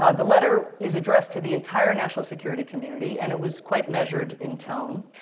ah the letter is addressed to the entire national security community. and it was quite measured in tone.